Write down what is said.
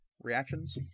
reactions